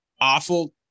awful